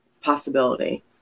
possibility